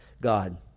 God